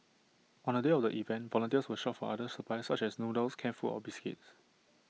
on the day of the event volunteers will shop for other supplies such as noodles canned food or biscuits